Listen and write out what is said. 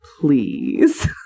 please